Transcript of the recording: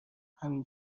همین